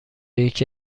یکی